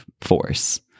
force